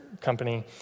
company